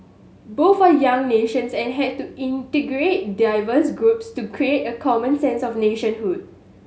both are young nations and had to integrate diverse groups to create a common sense of nationhood